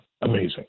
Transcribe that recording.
Amazing